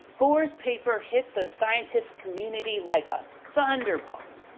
bohr's paper hit the scientific community, like a thunderbolt.